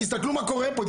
תסתכלו מה קורה פה,